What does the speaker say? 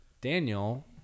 Daniel